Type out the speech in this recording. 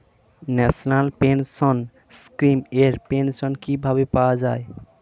National pension scheme এর pension কিভাবে পাওয়া যায়?